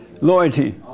Loyalty